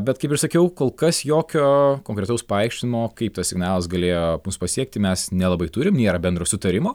bet kaip ir sakiau kol kas jokio konkretaus paaiškinimo kaip tas signalas galėjo mus pasiekti mes nelabai turim nėra bendro sutarimo